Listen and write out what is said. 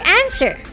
answer